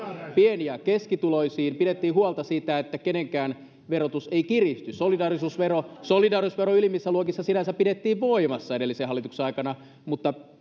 pieni ja keskituloisiin pidettiin huolta siitä että kenenkään verotus ei kiristy solidaarisuusvero solidaarisuusvero ylimmissä luokissa sinänsä pidettiin voimassa edellisen hallituksen aikana mutta